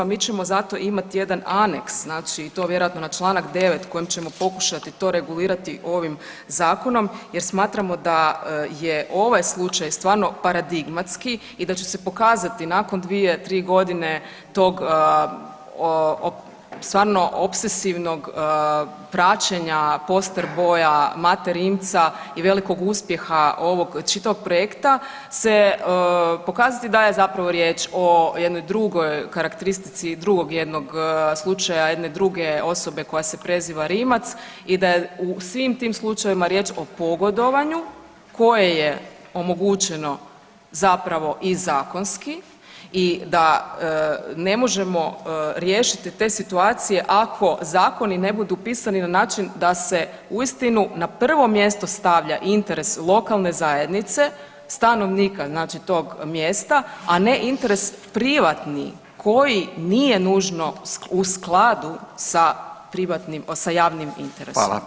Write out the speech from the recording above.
Mi ćemo zato imati jedan aneks i to vjerojatno na čl.9. kojim ćemo pokušati to regulirati ovim zakonom jer smatramo da je ovaj slučaj stvarno paradigmatski i da će se pokazati nakon dvije, tri godine tog stvarno opsesivnog praćenja poster boja Mate Rimca i velikog uspjeha ovog čitavog projekta se pokazati da je zapravo riječ o jednoj drugoj karakteristici drugog jednog slučaja jedne druge osobe koja se preziva Rimac i da u svim tim slučajevima riječ o pogodovanju koje je omogućeno zapravo i zakonski i da ne možemo riješiti te situacije ako zakoni ne budu pisani na način da se uistinu na prvo mjesto stavlja interes lokalne zajednice, stanovnika tog mjesta, a ne interes privatni koji nije nužno u skladu sa javnim interesom.